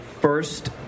first